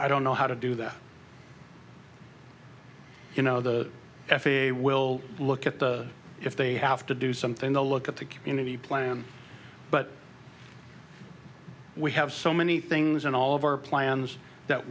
i don't know how to do that you know the f a a will look at the if they have to do something to look at the community plan but we have so many things in all of our plans that